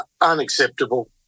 unacceptable